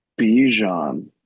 Bijan